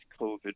COVID